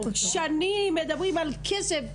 שנים מדברים על כסף,